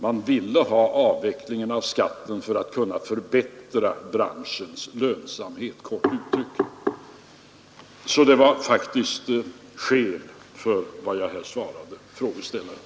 Man ville kort sagt ha skatten avvecklad för att förbättra branschens lönsamhet. Så det finns faktiskt skäl för vad jag här svarade frågeställaren.